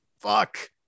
Fuck